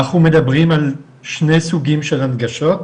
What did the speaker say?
אנחנו מדברים על שני סוגים של הנגשות,